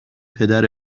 پدر